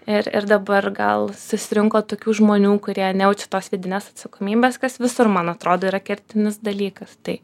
ir ir dabar gal susirinko tokių žmonių kurie nejaučia tos vidinės atsakomybės kas visur man atrodo yra kertinis dalykas tai